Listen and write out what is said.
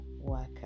worker